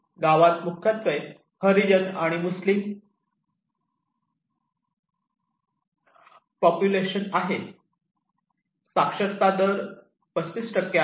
गावात मुख्यत्वे हरिजन आणि मुस्लिम पॉप्युलेशन आहे साक्षरता दर 35 आहे